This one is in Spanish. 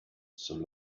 son